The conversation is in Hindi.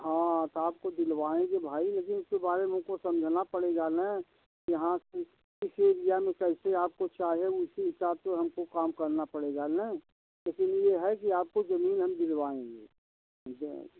हाँ तो आपको दिलवाएँगे भाई लेकिन उसके बारे में तो समझना पड़ेगा ना यहाँ इस किस एरिया में कैसे आपको चाहें उसी हिसाब से हमको काम करना पड़ेगा ना इसी लिए है कि आपको ज़मीन हम दिलवाएँगे ठीक है